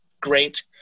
great